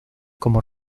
como